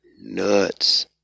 nuts